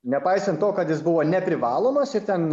nepaisant to kad jis buvo neprivalomas ir ten